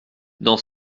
dans